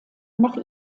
nach